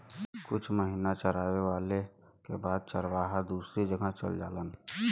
कुछ महिना चरवाले के बाद चरवाहा दूसरी जगह चल जालन